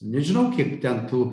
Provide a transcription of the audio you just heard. nežinau kiek ten tų